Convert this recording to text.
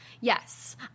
Yes